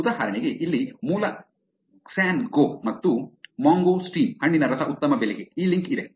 ಉದಾಹರಣೆಗೆ ಇಲ್ಲಿ ಮೂಲ ಕ್ಸಾನ್ ಗೋ ಮತ್ತು ಮ್ಯಾಂಗೋಸ್ಟೀನ್ ಹಣ್ಣಿನ ರಸ ಉತ್ತಮ ಬೆಲೆಗೆ ಈ ಲಿಂಕ್ ಇದೆ